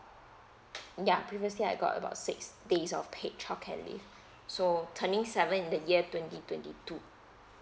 ya previously I got about six days of paid childcare leave so turning seven in the year twenty twenty two